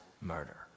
murder